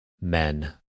men